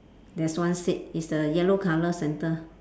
there's one seat it's the yellow colour centre